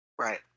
Right